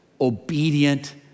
obedient